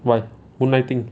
why wouldn't I think